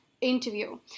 Interview